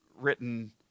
written